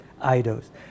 idols